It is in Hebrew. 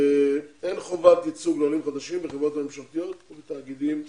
אין חובת ייצוג לעולים חדשים בחברות ממשלתיות ובתאגידים הציבוריים.